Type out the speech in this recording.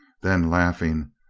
then laughing,